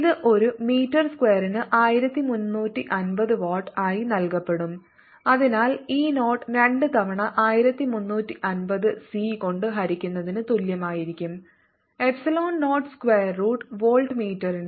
ഇത് ഒരു മീറ്റർ സ്ക്വയറിന് 1350 വാട്ട് ആയി നൽകപ്പെടും അതിനാൽ E 0 2 തവണ 1350 സി കൊണ്ട് ഹരിക്കുന്നതിനു തുല്യമായിരിക്കും എപ്സിലോൺ 0 സ്ക്വയർ റൂട്ട് വോൾട്ട് മീറ്ററിന്